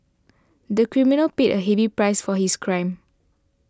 the criminal paid a heavy price for his crime